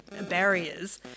barriers